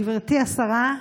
גברתי השרה,